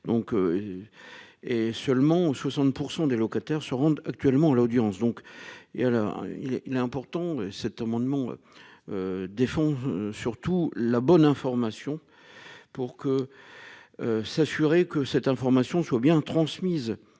Et seulement 60% des locataires se rendent actuellement l'audience donc et alors il est, il est important. Cet amendement. Des fonds surtout la bonne information pour que. S'assurer que cette information soit bien transmise